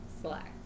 select